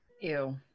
Ew